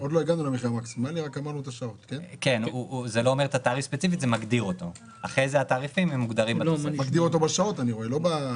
אני לא יודע איך אפשר להגדיר אוטובוס זעיר ולא לפספס.